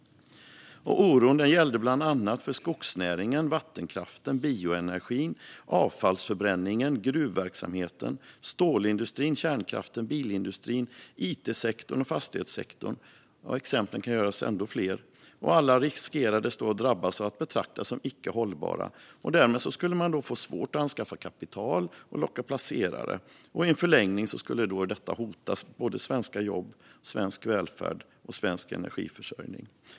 Oron gällde bland annat skogsnäringen, vattenkraften, bioenergin, avfallsförbränningen, gruvverksamheten, stålindustrin, kärnkraften, bilindustrin, it-sektorn och fastighetssektorn. Det finns fler exempel. Alla riskerade att drabbas av att betraktas som icke hållbara. Därmed skulle man få svårt att anskaffa kapital och locka placerare. I en förlängning skulle detta hota svenska jobb, svensk välfärd och svensk energiförsörjning.